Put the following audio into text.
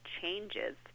changes